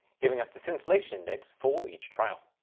giving us the scintillation index for each trial.